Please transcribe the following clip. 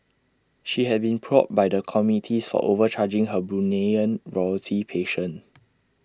she had been probed by the committees for overcharging her Bruneian royalty patient